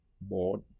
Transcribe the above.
board